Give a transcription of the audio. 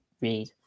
read